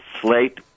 Slate